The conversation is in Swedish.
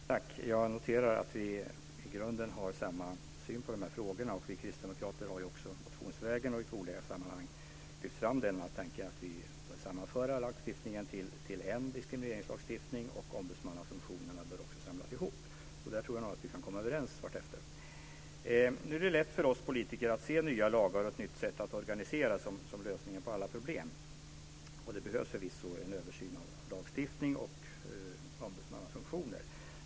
Fru talman! Jag noterar att vi i grunden har samma syn på de här frågorna. Vi kristdemokrater har också motionsvägen och i olika sammanhang lyft fram tanken om att vi bör sammanföra lagstiftningen till en diskrimineringslagstiftning, och ombudsmannafunktionerna bör också samlas ihop. Där tror jag att vi kan komma överens vartefter. Nu är det lätt för oss politiker att se nya lagar och ett nytt sätt att organisera som lösningen på alla problem, och det behövs förvisso en översyn av lagstiftning och ombudsmannafunktioner.